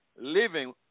living